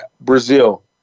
Brazil